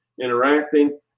interacting